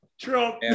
Trump